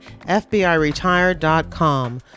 FBIRetired.com